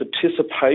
participation